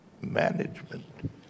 management